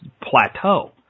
plateau